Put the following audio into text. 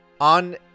On